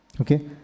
Okay